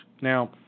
Now